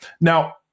now